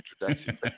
introduction